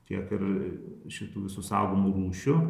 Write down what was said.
tiek ir šitų visų saugomų rūšių